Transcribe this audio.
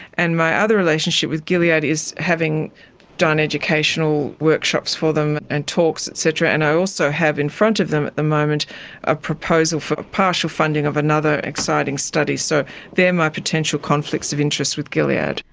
and my other relationship with gilead is having done educational workshops for them and talks et cetera, and i also have in front of them at the moment a proposal for partial funding of another exciting study. so they're my potential conflicts of interest with gilead.